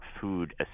food